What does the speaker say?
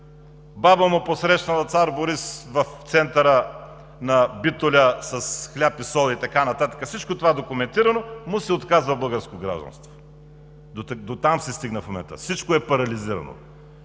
баба му е посрещнала Цар Борис в центъра на Битоля с хляб и сол и така нататък, всичко това е документирано, му се отказва българско гражданство. Дотам се стигна в момента, всичко е парализирано!